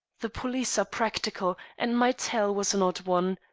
the police are practical, and my tale was an odd one.